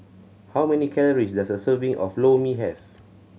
how many calories does a serving of Lor Mee have